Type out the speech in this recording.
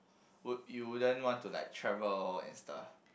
would you wouldn't want to like travel and stuff